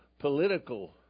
political